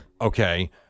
Okay